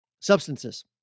substances